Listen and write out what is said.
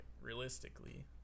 realistically